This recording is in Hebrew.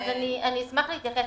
אני אשמח להתייחס.